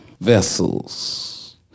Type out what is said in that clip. vessels